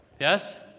Yes